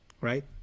Right